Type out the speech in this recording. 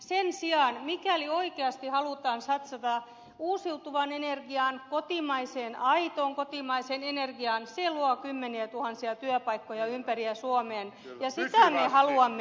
sen sijaan mikäli oikeasti halutaan satsata uusiutuvaan energiaan aitoon kotimaiseen energiaan se luo kymmeniätuhansia työpaikkoja ympäri suomen ja sitä me haluamme